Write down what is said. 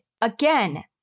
Again